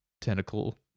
tentacle